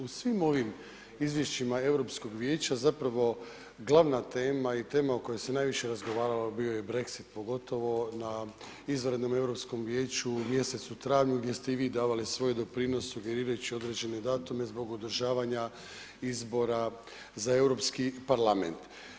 U svim ovim izvješćima Europskog vijeća zapravo glavna tema i tema o kojoj se najviše razgovarao bio je Braxit, pogotovo na izvanrednom Europskom vijeću u mjesecu travnju gdje ste i vi davali svoj doprinos sugerirajući određene datume zbog održavanja izbora za Europski parlament.